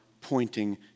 pointing